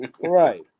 Right